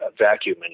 vacuum